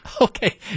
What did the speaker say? Okay